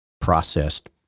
processed